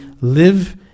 live